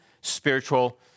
spiritual